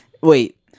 wait